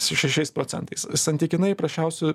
su šešiais procentais santykinai prasčiausi